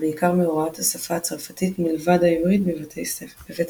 ובעיקר מהוראת השפה הצרפתית מלבד העברית בבית הספר.